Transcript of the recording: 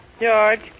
George